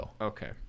Okay